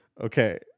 Okay